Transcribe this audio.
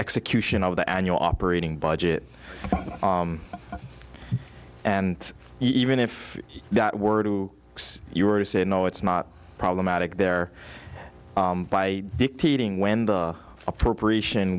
execution of the annual operating budget and even if that were to you were to say no it's not problematic there by dictating when the appropriation